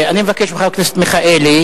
אני מבקש מחבר הכנסת מיכאלי,